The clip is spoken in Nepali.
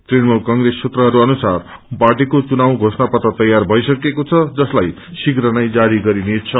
तृणमूल क्प्रेस सूत्रहरू अनुसार पार्टीकाेचुनाव घोषणापत्र तयार भइसकेको छ जसलाई शीघ्र नै जारी गरिनेछ